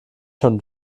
schon